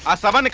ah satti like